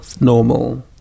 normal